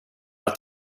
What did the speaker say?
att